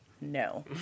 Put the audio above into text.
no